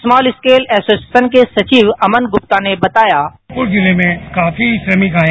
small scale association के सचिव अमन गुप्ता ने बताया हापुड़ जिले में काफी श्रमिक आये